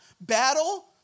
battle